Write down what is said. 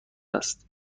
است